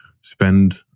spend